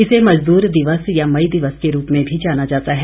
इसे मजदूर दिवस या मई दिवस के रूप में भी जाना जाता है